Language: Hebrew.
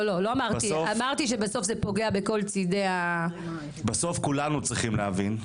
לא אמרתי שבסוף זה פוגע בכל צידי ה -- כולנו צריכים להבין,